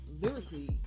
lyrically